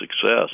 success